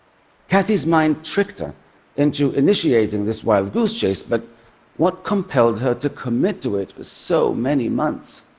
kathy's mind tricked her into initiating this wild goose chase. but what compelled her to commit to it for so many months?